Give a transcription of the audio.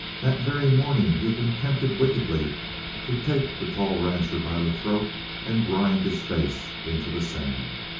that very morning he had been tempted wickedly to take the tall rancher by the throat and grind his face into the sand.